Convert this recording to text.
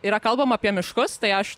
yra kalbama apie miškus tai aš